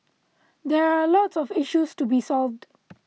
there are lots of issues to be solved